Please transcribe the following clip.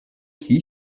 qui